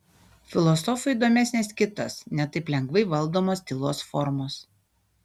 filosofui įdomesnės kitos ne taip lengvai valdomos tylos formos